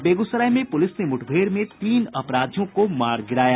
और बेगूसराय में पुलिस ने मुठभेड़ में तीन अपराधियों को मार गिराया